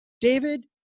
David